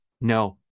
No